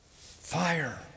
Fire